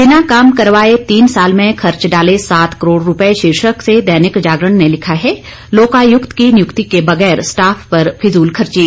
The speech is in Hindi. बिना काम करवाए तीन साल में खर्च डाले सात करोड़ रूपए शीर्षक से दैनिक जागरण ने लिखा है लोकायुक्त की नियुक्ति के बगैर स्टाफ पर फिजूलखर्ची